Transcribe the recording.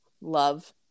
love